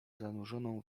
zanurzoną